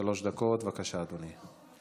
שלוש דקות, בבקשה, אדוני.